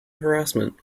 harassment